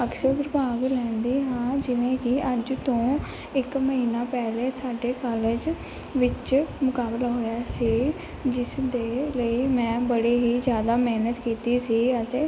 ਅਕਸਰ ਭਾਗ ਲੈਂਦੀ ਹਾਂ ਜਿਵੇਂ ਕਿ ਅੱਜ ਤੋਂ ਇੱਕ ਮਹੀਨਾ ਪਹਿਲਾਂ ਸਾਡੇ ਕਾਲਜ ਵਿੱਚ ਮੁਕਾਬਲਾ ਹੋਇਆ ਸੀ ਜਿਸਦੇ ਲਈ ਮੈਂ ਬੜੀ ਹੀ ਜ਼ਿਆਦਾ ਮਿਹਨਤ ਕੀਤੀ ਸੀ ਅਤੇ